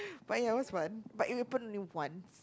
but ya was fun but it happen only once